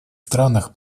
странах